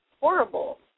horrible